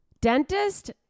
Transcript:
Dentist